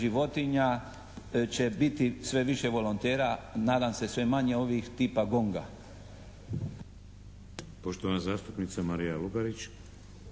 životinja će biti sve više volontera, nadam se sve manje ovih tipa GONG-a.